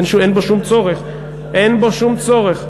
אין בו שום צורך, אין בו שום צורך.